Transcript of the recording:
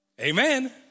Amen